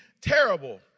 terrible